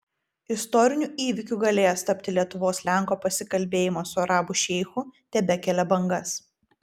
istoriniu įvykiu galėjęs tapti lietuvos lenko pasikalbėjimas su arabų šeichu tebekelia bangas